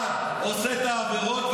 אתה עושה את העבירות,